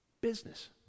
Business